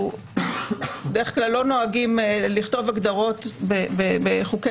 בדרך כלל אנחנו לא נוהגים לכתוב הגדרות בחוקי-יסוד.